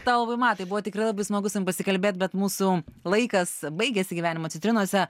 tau labai matai buvo tikrai labai smagu su tavim pasikalbėt bet mūsų laikas baigėsi gyvenimo citrinose